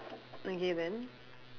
okay then